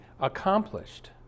accomplished